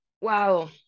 wow